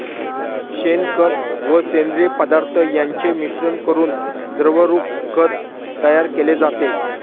शेणखत व सेंद्रिय पदार्थ यांचे मिश्रण करून द्रवरूप खत तयार केले जाते